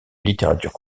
littérature